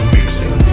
Mixing